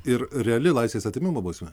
ir reali laisvės atėmimo bausmė